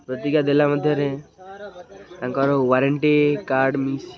ପ୍ରତିକ୍ରିୟା ଦେଲା ମଧ୍ୟରେ ତାଙ୍କର ୱାରେଣ୍ଟି କାର୍ଡ଼ ମିସ୍